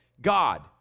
God